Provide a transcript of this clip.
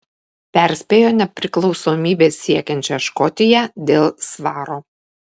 perspėjo nepriklausomybės siekiančią škotiją dėl svaro